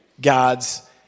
gods